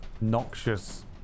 noxious